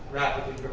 rapidly